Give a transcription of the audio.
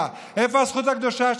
הוא האשים אותי,